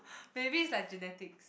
maybe it's like genetics